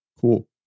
Cool